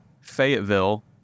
Fayetteville